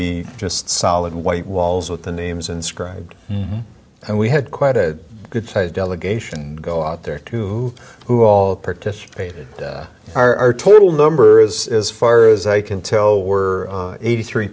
be just solid white walls with the names inscribed and we had quite a good sized delegation go out there to who all participated are our total number is as far as i can tell we're eighty three